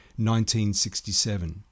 1967